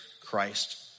Christ